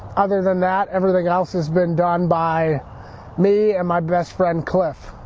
other than that everything else has been done by me, and my best friend cliff.